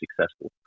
successful